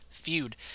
feud